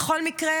בכל מקרה,